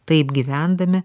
taip gyvendami